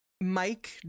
Mike